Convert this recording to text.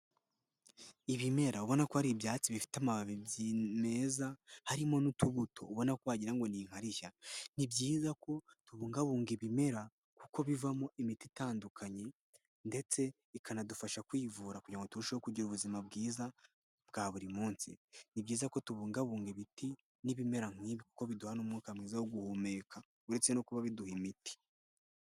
Ibimera ubona ko ari ibyatsi bifite amababi meza harimo n'utubuto ubona ko wagira ngo ni inkarishya, ni byiza ko tubungabunga ibimera kuko bivamo imiti itandukanye ndetse bikanadufasha kwivura kugira ngo turusheho kugira ubuzima bwiza bwa buri munsi, ni byiza ko tubungabunga ibiti n'ibimera nk'ibi kuko biduha umwuka mwiza wo guhumeka uretse no kuba biduha imiti.